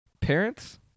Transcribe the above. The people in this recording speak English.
Parents